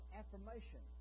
affirmation